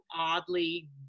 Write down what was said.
oddly